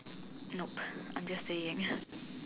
nope I am just saying